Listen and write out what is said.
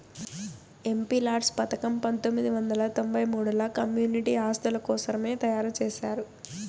MPLADS పథకం పంతొమ్మిది వందల తొంబై మూడుల కమ్యూనిటీ ఆస్తుల కోసరమే తయారు చేశారు